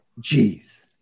Jeez